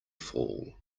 fall